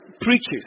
preaches